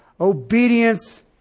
obedience